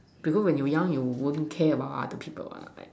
because when you young you won't care about other people what like